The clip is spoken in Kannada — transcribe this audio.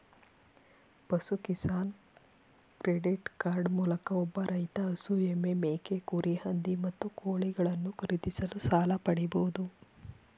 ಪಶು ಕಿಸಾನ್ ಕ್ರೆಡಿಟ್ ಕಾರ್ಡ್ ಮೂಲಕ ಒಬ್ಬ ರೈತ ಹಸು ಎಮ್ಮೆ ಮೇಕೆ ಕುರಿ ಹಂದಿ ಮತ್ತು ಕೋಳಿಗಳನ್ನು ಖರೀದಿಸಲು ಸಾಲ ಪಡಿಬೋದು